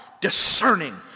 discerning